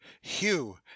hugh